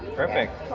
perfect.